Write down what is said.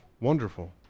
wonderful